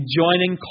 joining